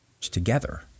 together